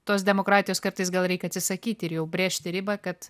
tos demokratijos kartais gal reik atsisakyti ir jau brėžti ribą kad